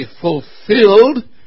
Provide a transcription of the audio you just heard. fulfilled